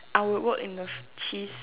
I would work in a cheese